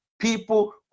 people